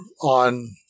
on